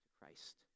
Christ